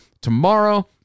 Tomorrow